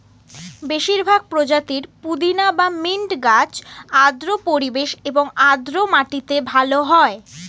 বেশিরভাগ প্রজাতির পুদিনা বা মিন্ট গাছ আর্দ্র পরিবেশ এবং আর্দ্র মাটিতে ভালো হয়